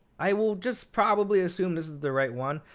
i will just probably assume this is the right one.